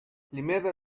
لماذا